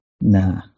Nah